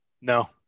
no